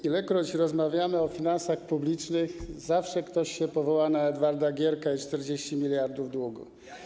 Ilekroć rozmawiamy o finansach publicznych, zawsze ktoś się powoła na Edwarda Gierka i 40 mld długu.